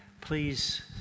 please